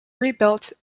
rebuilt